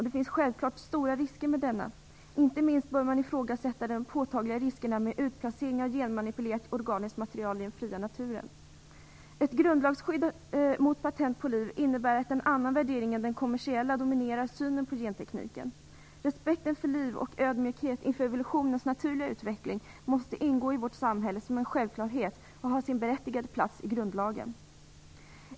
Det finns självfallet stora risker med denna. Inte minst bör man ifrågasätta de påtagliga riskerna med utplacering av genmanipulerat organiskt material i den fria naturen. Ett grundlagsskydd mot patent på liv innebär att en annan värdering än den kommersiella dominerar synen på gentekniken. Respekten för liv och ödmjukhet inför evolutionens naturliga utveckling måste ingå i vårt samhälle som en självklarhet och ha sin berättigade plats i grundlagen.